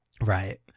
right